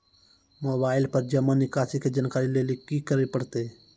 Mobile पर जमा निकासी के जानकरी लेली की करे परतै?